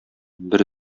бер